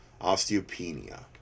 osteopenia